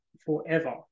forever